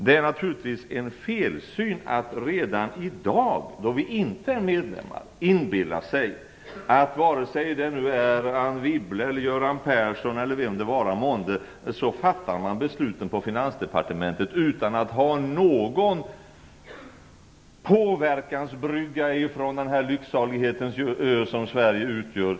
Det är naturligtvis fel att redan i dag, då vi inte är medlemmar , inbilla sig att vare sig det nu är Anne Wibble eller Göran Persson eller vem det vara månde, så fattar man besluten på Finansdepartementet utan att ha någon påverkansbrygga till Bryssel från den lycksalighetens ö som Sverige utgör.